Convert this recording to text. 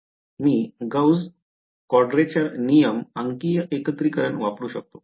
मी Gauss चतुष्पाद नियम अंकीय एकत्रीकरण वापरू शकतो